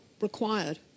required